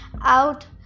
out